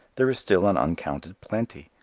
there is still an uncounted plenty.